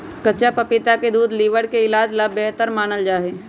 कच्चा पपीता के दूध लीवर के इलाज ला बेहतर मानल जाहई